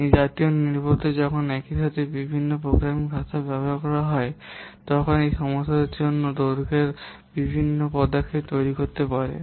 এই জাতীয় নির্ভরতা যখন একই সাথে বিভিন্ন প্রোগ্রামিং ভাষা ব্যবহার করা হয় তখন একই সমস্যাটির জন্য দৈর্ঘ্যের বিভিন্ন পদক্ষেপ তৈরি করতে পারে